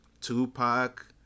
Tupac